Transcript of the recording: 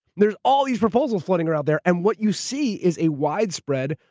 there's all these proposals floating around there and what you see is a widespread,